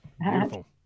Beautiful